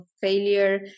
failure